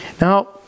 Now